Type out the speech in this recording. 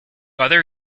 other